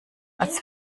als